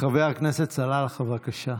חבר הכנסת סלאלחה, בבקשה.